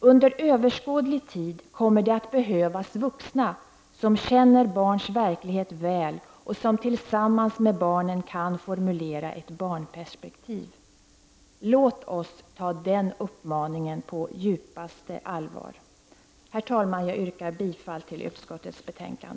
”Under överskådlig tid kommer det att behövas vuxna som känner barns verklighet väl och som tillsammans med barnen kan formulera ett barnperspektiv.” Låt oss ta den uppmaningen på djupaste allvar. Herr talman! Jag yrkar bifall till utskottets hemställan.